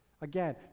Again